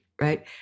right